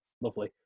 lovely